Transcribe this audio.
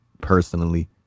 personally